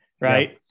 Right